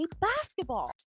basketball